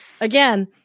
again